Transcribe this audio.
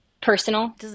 Personal